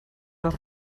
las